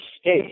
state